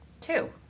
Two